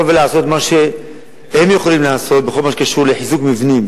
ולעשות מה שהם יכולים לעשות בכל הקשור לחיזוק מבנים.